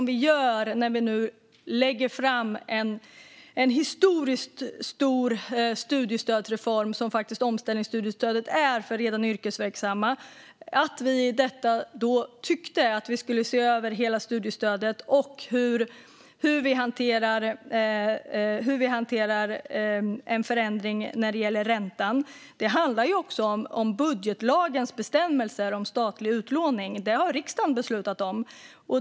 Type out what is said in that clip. Vi lägger nu fram en historiskt stor studiestödsreform i och med omställningsstudiestödet för redan yrkesverksamma, och vi tyckte att vi också skulle se över hela studiestödet och hur vi hanterar en förändring av räntan. Det handlar också om budgetlagens bestämmelser om statlig utlåning som riksdagen har beslutat om.